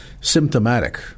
symptomatic